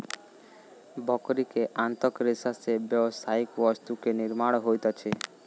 बकरी के आंतक रेशा से व्यावसायिक वस्तु के निर्माण होइत अछि